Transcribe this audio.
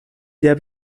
der